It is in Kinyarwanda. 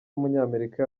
w’umunyamerika